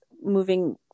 moving